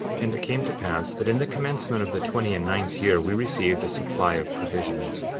and it came to pass that in the commencement of the twenty and ninth year, we received a supply of provisions,